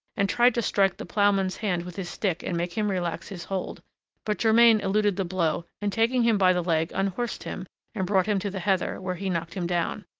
and tried to strike the ploughman's hands with his stick and make him relax his hold but germain eluded the blow, and, taking him by the leg, unhorsed him and brought him to the heather, where he knocked him down,